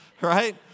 right